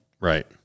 Right